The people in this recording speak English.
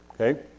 Okay